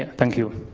thank you.